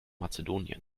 mazedonien